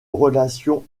relation